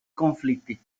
conflitti